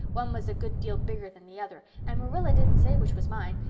one was a good deal bigger than the other and marilla didn't say which was mine.